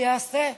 שיעשה.